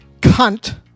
cunt